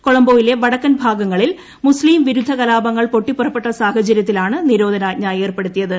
കൊളബോയിലെ വടക്കൻ ഭാഗങ്ങളിൽ മുസ്തിം വിരുദ്ധ കലാപങ്ങൾ പൊട്ടി പുറപ്പെട്ട സാഹചരൃത്തിലാണ് നിരോധനാജ്ഞ ഏർപ്പെടുത്തിയത്